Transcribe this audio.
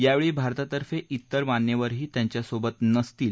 यावेळी भारतातर्फे त्वेर मान्यवरही त्यांच्याबरोबर नसतील